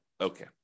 Okay